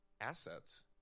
assets